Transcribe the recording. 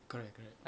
correct correct